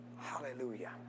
Hallelujah